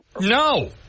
No